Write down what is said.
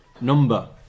number